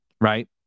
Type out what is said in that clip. right